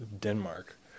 Denmark